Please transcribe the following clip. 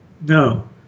No